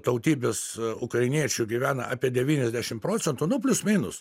tautybės ukrainiečių gyvena apie devyniasdešim procentų nu plius minus